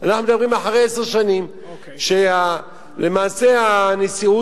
אנחנו מדברים אחרי עשר שנים שלמעשה הנשיאות,